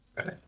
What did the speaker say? okay